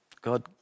God